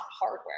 hardware